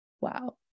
Wow